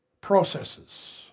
processes